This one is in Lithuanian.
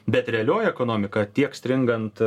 bet realioji ekonomika tiek stringant